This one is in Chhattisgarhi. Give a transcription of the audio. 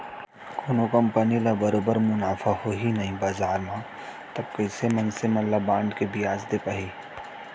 कोनो कंपनी ल बरोबर मुनाफा होही नइ बजार म तब कइसे मनसे मन ल बांड के बियाज दे पाही